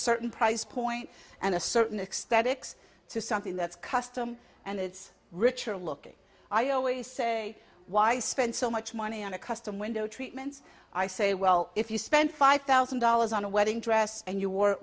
certain price point and a certain extent x to something that's custom and it's richer looking i always say why spend so much money on a custom window treatments i say well if you spent five thousand dollars on a wedding dress and you wor